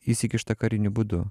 įsikiša kariniu būdu